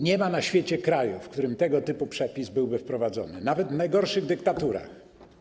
Nie ma na świecie kraju, w którym tego typu przepis byłby wprowadzony, nie ma tego nawet w najgorszych dyktaturach.